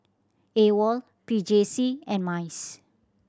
AWOL P J C and MICE